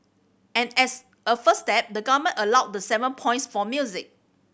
and as a first step the Government allowed the seven points for music